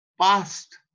past